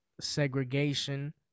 segregation